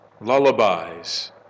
lullabies